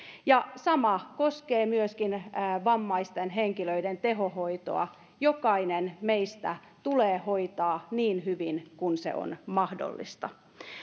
sama koskee myöskin vammaisten henkilöiden tehohoitoa jokainen meistä tulee hoitaa niin hyvin kuin se on mahdollista